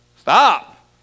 stop